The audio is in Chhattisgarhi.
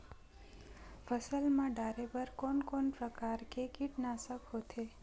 फसल मा डारेबर कोन कौन प्रकार के कीटनाशक होथे?